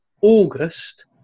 August